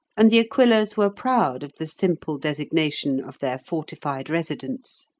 and the aquilas were proud of the simple designation of their fortified residence.